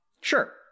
Sure